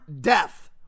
death